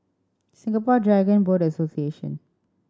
Singapore Dragon Boat Association